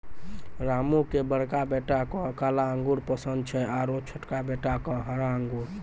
रामू के बड़का बेटा क काला अंगूर पसंद छै आरो छोटका बेटा क हरा अंगूर